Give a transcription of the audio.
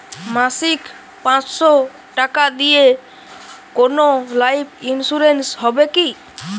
মাসিক পাঁচশো টাকা দিয়ে কোনো লাইফ ইন্সুরেন্স হবে কি?